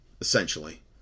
essentially